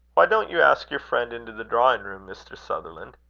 why didn't you ask your friend into the drawing-room, mr. sutherland?